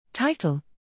Title